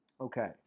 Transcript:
Okay